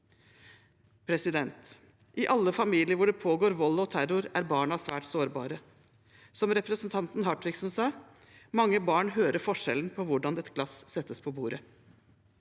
kvinner I alle familier hvor det pågår vold og terror, er barna svært sårbare. Som representanten Hartviksen sa: Mange barn hører forskjellen på «hvordan glass settes ned på bordet».